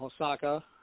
Hosaka